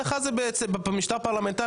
הדחה במשטר פרלמנטרי,